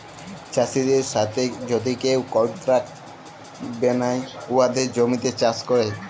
চাষীদের সাথে যদি কেউ কলট্রাক্ট বেলায় উয়াদের জমিতে চাষ ক্যরে